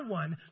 one